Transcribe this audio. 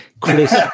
Chris